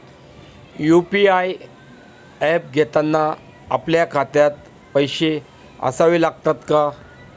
UPI app घेताना आपल्या खात्यात पैसे असावे लागतात का?